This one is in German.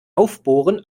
aufbohren